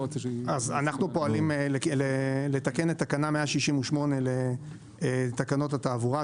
אנו פועלים לתקן תקנה 168 לתקנות התעבורה,